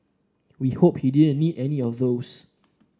we hope he didn't need any of those